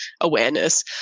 awareness